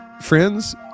friends